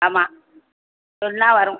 ஆமாம் சொன்னால் வரும்